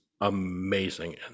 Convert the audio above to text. amazing